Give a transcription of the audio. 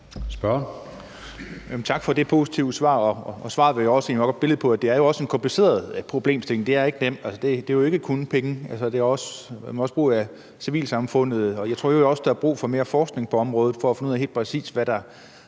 Tak for det positive svar. Og svaret var jo også et billede på, at det er en kompliceret problemstilling. Det er ikke nemt – det handler jo ikke kun om penge; der også brug for civilsamfundet, og jeg tror i øvrigt også, der er brug for mere forskning på området for at finde ud af, hvad der